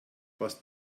was